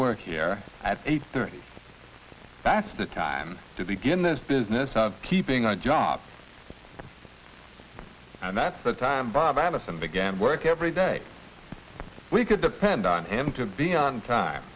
work here at eight thirty that's the time to begin this business of keeping our job and that's the time bob allison began work every day we could depend on him to be on time